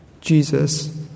Jesus